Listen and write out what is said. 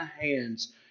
hands